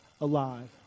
alive